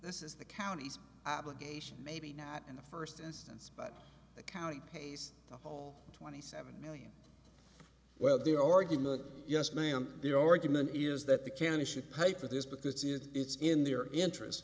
this is the county's obligation maybe not in the first instance but the county pays the whole twenty seven million well their argument yes ma'am the argument is that the county should pay for this because it's in their interest